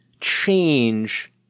change